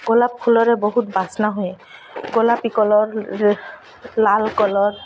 ଗୋଲାପ ଫୁଲରେ ବହୁତ ବାସ୍ନା ହୁଏ ଗୋଲାପି କଲର୍ ଲାଲ କଲର୍